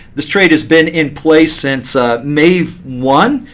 this trade has been in place since ah may one.